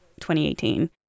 2018